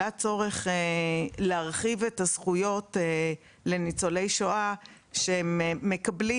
להרחיב את הזכויות לניצולי שואה שמקבלים